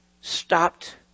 stopped